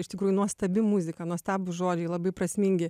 iš tikrųjų nuostabi muzika nuostabūs žodžiai labai prasmingi